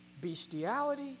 bestiality